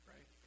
Right